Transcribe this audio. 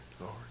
Lord